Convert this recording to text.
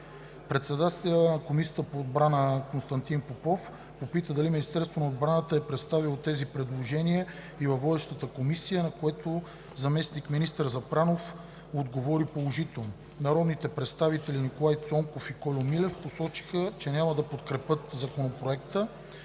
Председателят на Комисията по отбрана Константин Попов попита дали Министерството на отбраната е представило тези предложения и във водещата комисия, на което заместник-министър Запрянов отговори положително. Народните представители Николай Цонков и Кольо Милев посочиха, че няма да подкрепят Законопроекта,